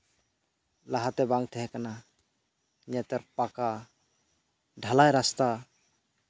ᱞᱟᱦᱟᱛᱮ ᱵᱟᱝ ᱛᱟᱦᱮᱸ ᱠᱟᱱᱟ ᱱᱮᱛᱟᱨ ᱯᱟᱠᱟ ᱰᱷᱟᱞᱟᱭ ᱨᱟᱥᱛᱟ